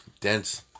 dense